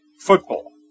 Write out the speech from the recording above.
Football